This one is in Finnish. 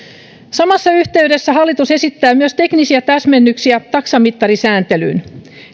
samassa yhteydessä hallitus esittää myös teknisiä täsmennyksiä taksamittarisääntelyyn